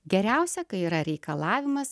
geriausia kai yra reikalavimas